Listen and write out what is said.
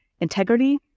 integrity